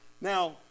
Now